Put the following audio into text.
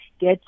get